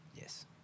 Yes